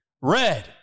red